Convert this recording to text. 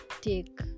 take